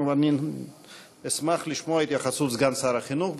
אני אשמח לשמוע את התייחסות סגן שר החינוך.